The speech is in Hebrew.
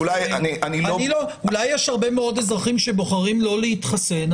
אולי יש הרבה מאוד אזרחים שבוחרים לא להתחסן?